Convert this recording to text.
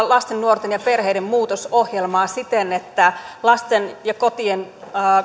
lasten nuorten ja perheiden muutosohjelmaa siten että lasten ja kotien